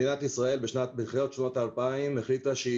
מדינת ישראל בתחילת שנות ה-2000 החליטה שהיא